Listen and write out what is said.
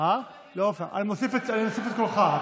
אני מוסיף את קולך.